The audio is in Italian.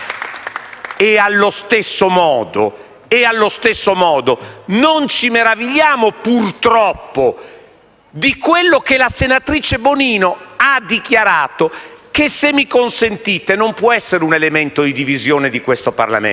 Allo stesso modo, non ci meravigliamo, purtroppo, di quello che la senatrice Bonino ha dichiarato che, se mi consentite, non può essere un elemento di divisione di questo Parlamento: